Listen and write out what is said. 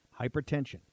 hypertension